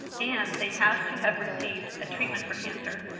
and they have to have received a treatment for cancer,